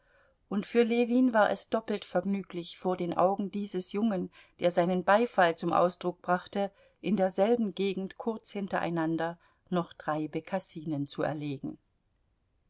und für ljewin war es doppelt vergnüglich vor den augen dieses jungen der seinen beifall zum ausdruck brachte in derselben gegend kurz hintereinander noch drei bekassinen zu erlegen